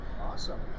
Awesome